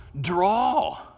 draw